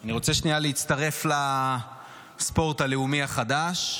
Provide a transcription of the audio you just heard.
אני רוצה שנייה להצטרף לספורט הלאומי החדש,